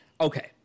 okay